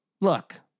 Look